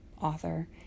author